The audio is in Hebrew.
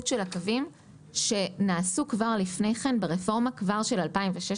של הקווים שנעשו כבר לפני כן ברפורמה של 2016